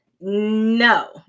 No